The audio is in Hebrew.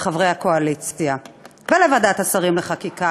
לחברי הקואליציה ולוועדת השרים לחקיקה,